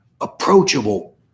approachable